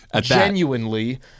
Genuinely